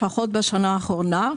לפחות בשנה האחרונה,